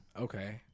Okay